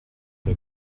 her